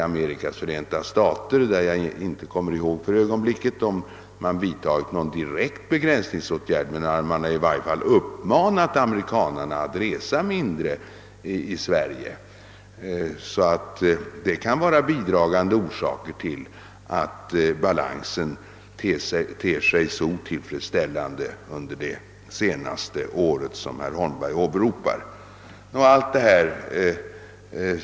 Och även om jag inte för ögonblicket minns om man i USA vidtagit någon direkt begränsningsåtgärd, så har man i varje fall uppmanat amerikanerna att resa mindre utomlands, vilket alltså kan ha bidragit till den otillfredsställande balans under det senaste året som herr Holmberg åberopar.